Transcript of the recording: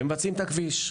ומבצעים את הכביש.